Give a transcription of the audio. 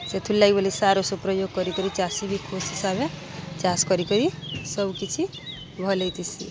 ସେଥିର୍ ଲାଗି ବୋଲି ସାର୍ ଉଷୋ ପ୍ରଯୋଗ୍ କରିିକରି ଚାଷୀ ବି ଖୁସ୍ ହିସାବେ ଚାଷ୍ କରିକରି ସବୁ କିିଛି ଭଲ୍ ହେଇଥିସି